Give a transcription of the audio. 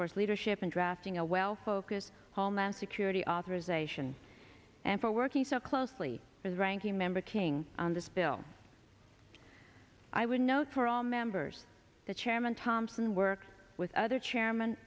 force leadership in drafting a well focused homeland security authorization and for working so closely with ranking member king on this bill i would note for all members the chairman thompson work with other chairman